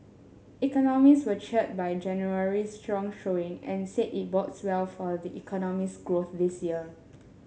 economists were cheered by January strong showing and said it bodes well for the economy's growth this year